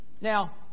Now